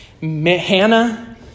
Hannah